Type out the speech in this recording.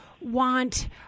want